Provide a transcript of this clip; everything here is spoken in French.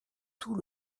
tout